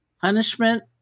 punishment